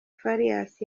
farious